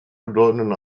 bedeutenden